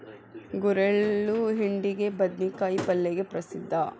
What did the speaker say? ಗುರೆಳ್ಳು ಹಿಂಡಿಗೆ, ಬದ್ನಿಕಾಯ ಪಲ್ಲೆಗೆ ಪ್ರಸಿದ್ಧ